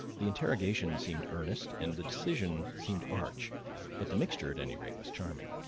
the interrogation seemed earnest and the decision seemed arch but the mixture, at any rate, was charming.